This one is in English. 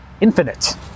infinite